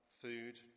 food